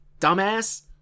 dumbass